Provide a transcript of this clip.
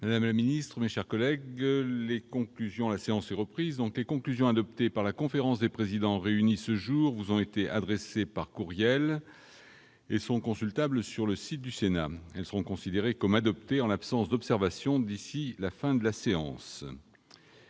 La séance est reprise. Les conclusions adoptées par la conférence des présidents réunie ce jour vous ont été adressées par courriel et sont consultables sur le site du Sénat. Elles seront considérées comme adoptées en l'absence d'observations d'ici à la fin de la séance.-